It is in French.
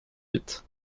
huit